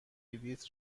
بلیط